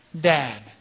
dad